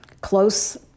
close